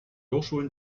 hochschulen